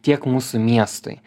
tiek mūsų miestui